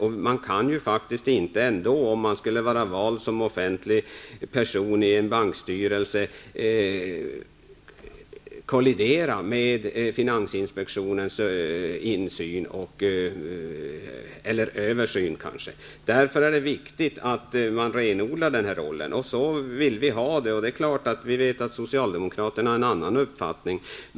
Om man är vald som det offentligas representant i en bankstyrelse kan man ändå inte konkurrera med finansinspektionens insyn eller snarare översyn. Det är därför viktigt att man renodlar rollen, och så vill vi ha det. Vi vet att socialdemokraterna har en annan uppfattning.